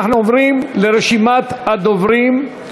אנחנו עוברים לרשימת הדוברים.